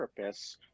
therapists